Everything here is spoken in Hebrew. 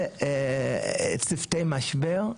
וצוותי משבר.